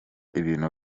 ibintu